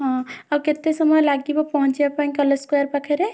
ହଁ ଆଉ କେତେ ସମୟ ଲାଗିବ ପହଞ୍ଚିବାପାଇଁ କଲେଜ୍ ସ୍କୋୟାର୍ ପାଖରେ